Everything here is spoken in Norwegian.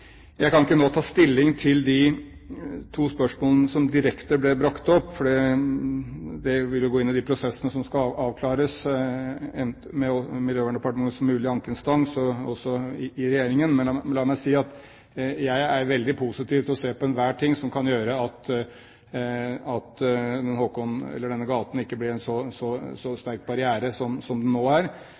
det vil jo gå inn i de prosessene som skal avklares med Miljøverndepartementet som mulig ankeinstans, og også i Regjeringen, men la meg si at jeg er veldig positiv til å se på enhver ting som kan gjøre at denne gaten ikke blir en så stor barriere som den nå er.